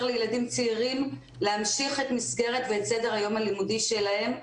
לילדים צעירים להמשיך את מסגרת ואת סדר היום הלימודי שלהם,